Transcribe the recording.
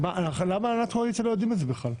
למה הנהלת הקואליציה לא יודעת מזה בכלל?